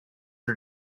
are